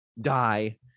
die